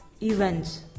events